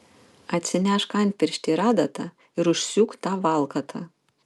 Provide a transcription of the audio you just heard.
atsinešk antpirštį ir adatą ir užsiūk tą valkatą